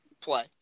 play